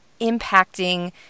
impacting